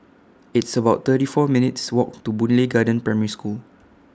It's about thirty four minutes' Walk to Boon Lay Garden Primary School